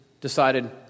decided